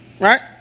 Right